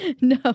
No